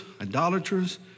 idolaters